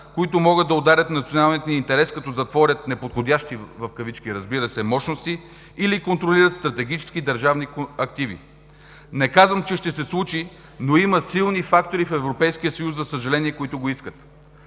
които могат да ударят националния ни интерес като затворят „неподходящи мощности“ или контролират стратегически държавни активи. Не казвам, че ще се случи, но има силни фактори в Европейския съюз, за съжаление, които го искат.